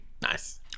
Nice